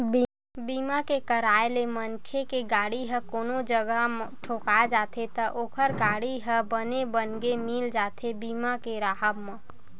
बीमा के कराय ले मनखे के गाड़ी ह कोनो जघा ठोका जाथे त ओखर गाड़ी ह बने बनगे मिल जाथे बीमा के राहब म